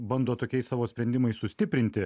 bando tokiais savo sprendimais sustiprinti